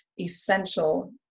essential